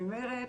ממרצ,